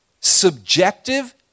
subjective